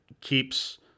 keeps